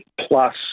Plus